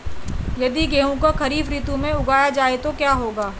यदि गेहूँ को खरीफ ऋतु में उगाया जाए तो क्या होगा?